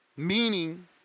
Meaning